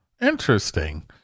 Interesting